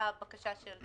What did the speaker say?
בצלאל סמוטריץ', בבקשה.